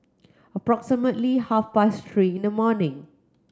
approximately half past three in the morning